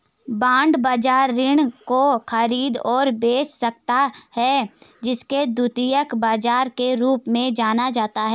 bond बाजार ऋण को खरीद और बेच सकता है जिसे द्वितीयक बाजार के रूप में जाना जाता है